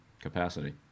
Capacity